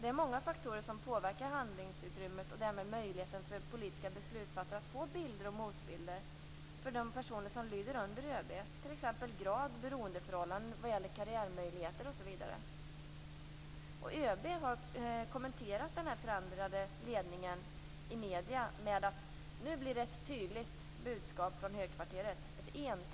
Det är många faktorer som påverkar handlingsutrymmet - och därmed möjligheten för politiska beslutsfattare att få bilder och motbilder - för de personer som lyder under ÖB, t.ex. grad och beroendeförhållanden vad gäller karriärmöjligheter osv. ÖB har i medierna kommenterat den förändrade ledningen med att det nu "blir ett entydigt budskap från högkvarteret".